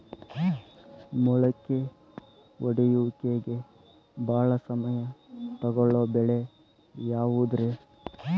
ಮೊಳಕೆ ಒಡೆಯುವಿಕೆಗೆ ಭಾಳ ಸಮಯ ತೊಗೊಳ್ಳೋ ಬೆಳೆ ಯಾವುದ್ರೇ?